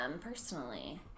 personally